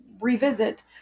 revisit